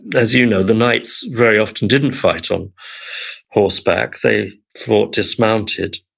as you know, the knights very often didn't fight on horseback. they fought dismounted.